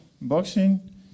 boxing